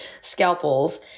scalpels